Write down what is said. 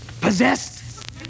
Possessed